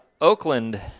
Oakland